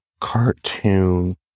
cartoon